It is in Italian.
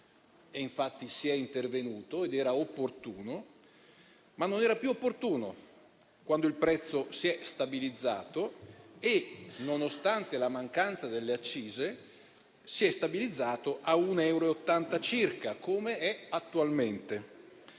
infatti si è intervenuti ed era opportuno - ma non era più opportuno quando il prezzo si è stabilizzato e, nonostante la mancanza delle accise, si è stabilizzato a 1,80 euro circa, com'è attualmente.